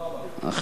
תודה רבה.